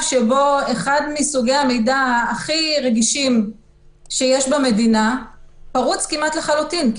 שבו אחד מסוגי המידע הכי רגישים שיש במדינה פרוץ כמעט לחלוטין,